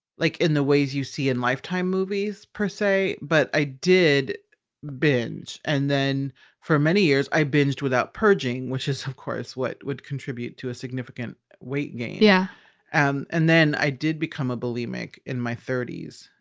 like in the ways you see in lifetime movies per se. but i did binge. and then for many years i binged without purging, which is of course, what would contribute to a significant weight gain yeah and and then i did become a bulimic in my thirty s,